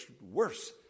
worse